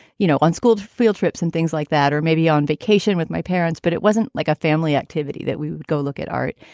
you know, unschooled field trips and things like that. or maybe on vacation with my parents. but it wasn't like a family activity that we would go look at art.